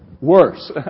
worse